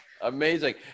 Amazing